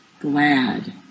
glad